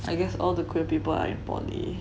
I guess all the queer people are in poly